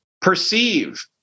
Perceive